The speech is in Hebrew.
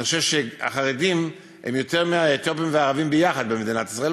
אני חושב שהחרדים הם יותר מהערבים והאתיופים ביחד במדינת ישראל.